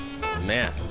man